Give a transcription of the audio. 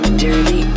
dirty